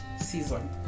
season